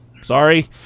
sorry